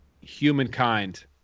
humankind